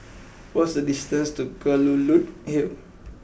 what is the distance to Kelulut Hill